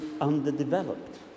underdeveloped